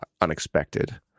unexpected